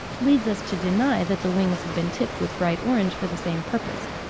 leads us to deny that the wings have been tipped with bright orange for the same purpose,